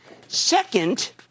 Second